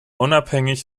unabhängig